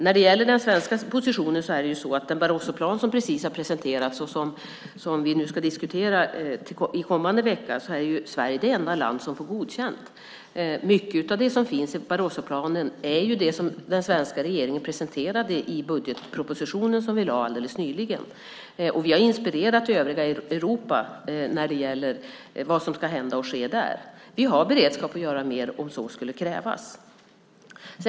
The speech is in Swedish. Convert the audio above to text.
När det gäller den svenska positionen vill jag nämna att i den Barrosoplan som precis har presenterats och som vi nu den kommande veckan ska diskutera är Sverige det enda land som får godkänt. Mycket av det som finns i Barrosoplanen är sådant som den svenska regeringen har presenterat i budgetpropositionen nyligen. Vi har inspirerat övriga Europa när det gäller vad som ska hända och ske där. Vi har beredskap att göra mer om så skulle krävas.